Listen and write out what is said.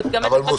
כך.